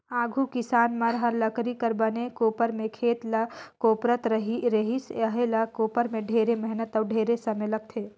आघु किसान मन हर लकरी कर बने कोपर में खेत ल कोपरत रिहिस अहे, ए कोपर में ढेरे मेहनत अउ ढेरे समे लगथे